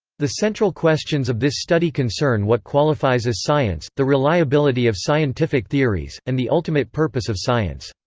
the central questions of this study concern what qualifies as science, the reliability of scientific theories, and the ultimate purpose of science.